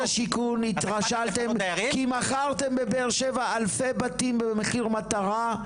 אתם משרד השיכון התרשלתם כי מכרתם בבאר שבע אלפי בתים במחיר מטרה,